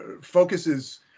focuses